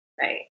Right